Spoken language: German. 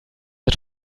der